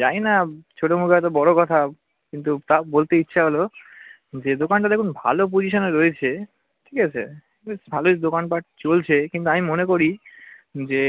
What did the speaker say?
জানি না ছোটো মুখে হয়তো বড়ো কথা কিন্তু তাও বলতে ইচ্ছা হলো যে দোকানটা দেখুন ভালো পজিশানে রয়েছে ঠিক আছে বেশ ভালোই দোকানপাট চলছে কিন্তু আমি মনে করি যে